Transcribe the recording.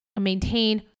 maintain